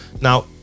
Now